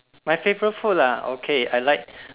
my favorite food ah okay I like